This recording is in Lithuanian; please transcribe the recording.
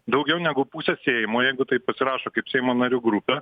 daugiau negu pusė seimo jeigu tai pasirašo kaip seimo narių grupė